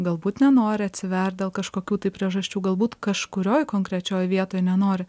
galbūt nenori atsivert dėl kažkokių tai priežasčių galbūt kažkurioj konkrečioj vietoj nenori